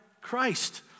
Christ